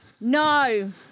No